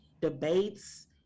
debates